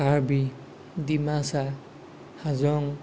Karbi Dimasa Hajong